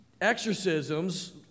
exorcisms